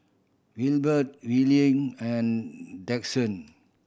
Wilber Willie and Dixon